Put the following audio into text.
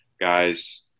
guys